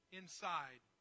inside